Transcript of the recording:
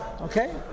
okay